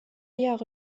jahre